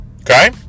Okay